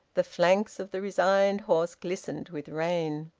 the flanks of the resigned horse glistened with rain.